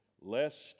lest